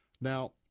now